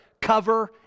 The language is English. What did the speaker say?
Cover